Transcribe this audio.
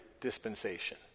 dispensation